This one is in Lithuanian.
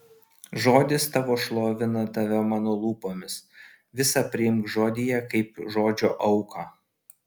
žodis tavo šlovina tave mano lūpomis visa priimk žodyje kaip žodžio auką